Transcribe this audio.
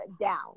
down